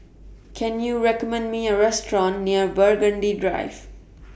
Can YOU recommend Me A Restaurant near Burgundy Drive